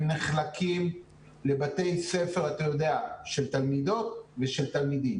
הם נחלקים לבתי ספר של תלמידות ושל תלמידים.